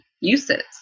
uses